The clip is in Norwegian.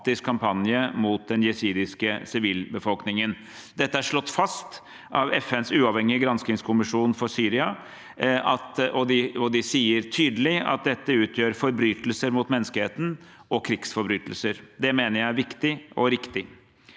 kampanje mot den jesidiske sivilbefolkningen. Dette er slått fast av FNs uavhengige granskingskommisjon for Syria, og de sier tydelig at dette utgjør forbrytelser mot menneskeheten og krigsforbrytelser. Det mener jeg er viktig og riktig.